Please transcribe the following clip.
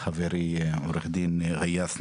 חברי עו"ד גיאת נאצר.